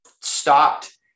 stopped